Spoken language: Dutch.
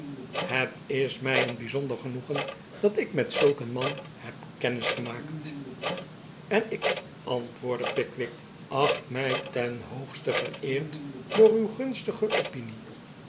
het is mij een bijzonder genoegen dat ik rriet zulk een man heb kennis gemaakt en ik antwoordde pickwick acht mij ten hoogste vereerd door uw gunstige opinie